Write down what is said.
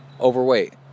overweight